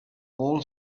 all